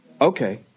okay